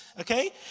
okay